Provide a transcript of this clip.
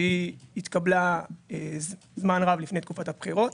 שהתקבלה זמן רב לפני תקופת הבחירות.